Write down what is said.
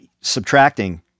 subtracting